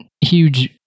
huge